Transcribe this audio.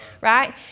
right